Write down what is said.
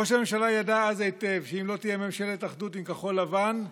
ראש הממשלה ידע אז היטב שאם לא תהיה ממשלת אחדות עם כחול לבן,